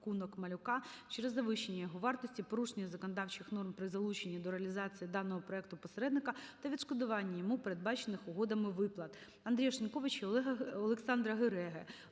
"пакунок малюка" через завищення його вартості, порушення законодавчих норм при залученні до реалізації даного проекту посередника та відшкодування йому передбачених угодами виплат.